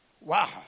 Wow